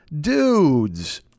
dudes